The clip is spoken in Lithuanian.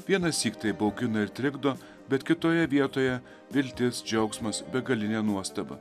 vienąsyk tai baugina ir trikdo bet kitoje vietoje viltis džiaugsmas begalinė nuostaba